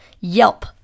Yelp